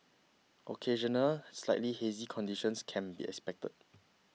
occasional slightly hazy conditions can be expected